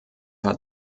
hat